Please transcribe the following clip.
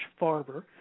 Farber